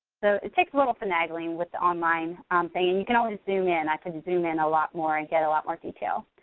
so it takes a little finagling with online thing. and you can always zoom in. i could zoom in a lot more and get a lot more detail,